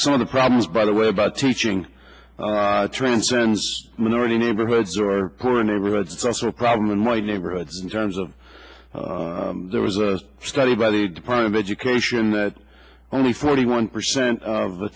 some of the problems by the way about teaching transcends minority neighborhoods or poor neighborhoods it's also a problem in my neighborhoods in terms of there was a study by the department of education that only forty one percent of the